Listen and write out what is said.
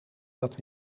dat